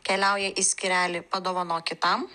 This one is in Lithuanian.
keliauja į skyrelį padovanok kitam